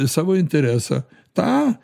savo interesą tą